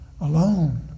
alone